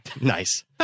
nice